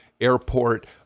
airport